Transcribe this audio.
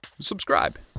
subscribe